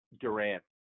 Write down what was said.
Durant